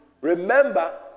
remember